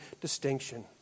distinction